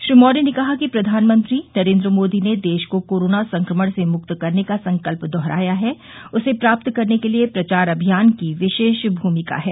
श्री मौर्य ने कहा कि प्रधानमंत्री नरेन्द्र मोदी ने देश को कोरोना संक्रमण से मुक्त करने का संकल्प दोहराया है उसे प्राप्त करने के लिये प्रचार अभियान की विशेष भूमिका है